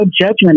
judgment